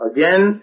Again